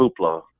hoopla